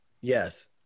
Yes